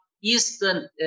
Eastern